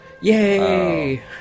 yay